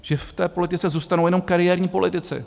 Že v té politice zůstanou jenom kariérní politici?